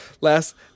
last